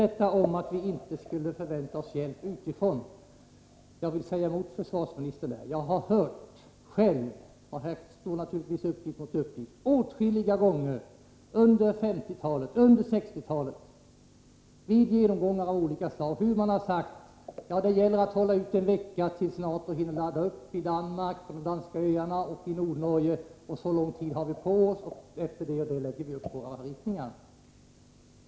Beträffande att vi inte skulle förvänta oss hjälp utifrån vill jag säga emot försvarsministern. Jag har själv hört — här står naturligtvis uppgift mot uppgift — åtskilliga gånger under 1950 och 1960-talen vid genomgångar av olika slag att man har sagt att det gäller att hålla ut en vecka tills NATO hinner ladda upp på de danska öarna och i Nordnorge. Så lång tid har vi på oss, och efter det lägger vi upp våra ritningar.